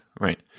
right